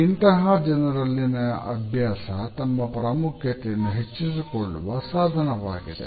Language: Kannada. ಇಂತಹ ಜನರಲ್ಲಿನ ಅಭ್ಯಾಸ ತಮ್ಮ ಪ್ರಾಮುಖ್ಯತೆಯನ್ನು ಹೆಚ್ಚಿಸಿಕೊಳ್ಳುವ ಸಾಧನವಾಗಿದೆ